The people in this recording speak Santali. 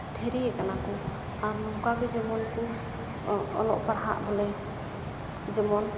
ᱰᱷᱮᱨᱮᱭ ᱠᱟᱱᱟ ᱠᱚ ᱟᱨ ᱱᱚᱝᱠᱟ ᱜᱮ ᱡᱮᱢᱚᱱ ᱠᱚ ᱚᱞᱚᱜ ᱯᱟᱲᱦᱟᱜ ᱵᱚᱞᱮ ᱡᱮᱢᱚᱱ